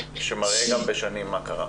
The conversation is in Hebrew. שמראה גם בשנים מה קרה.